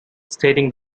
stating